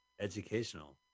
Educational